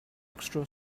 extra